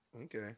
Okay